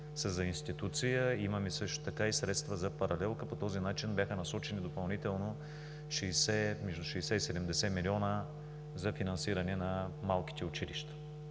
са за институция. Имаме също така и средства за паралелка. По този начин бяха насочени допълнително между 60 и 70 млн. лв. за финансиране на малките и